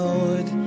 Lord